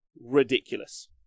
Ridiculous